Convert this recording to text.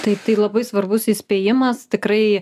tai tai labai svarbus įspėjimas tikrai